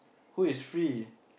who is free